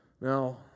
Now